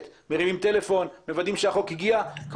הוועדה אלא מרימים טלפון ומוודאים שהחוק הגיע.